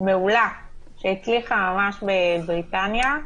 מעולה שהצליחה ממש בבריטניה.